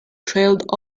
trailed